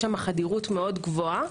יש שם חדירות מאוד גבוהה.